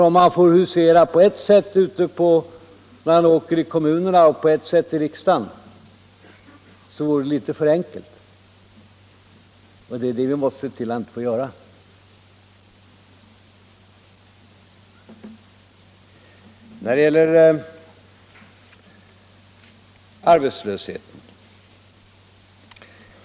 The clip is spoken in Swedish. Om han finge husera på detta sätt ute i kommunerna och sedan agera som han gör i riksdagen vore det litet för enkelt. Det är det vi måste se till att han inte får göra. Så till arbetslösheten.